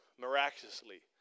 miraculously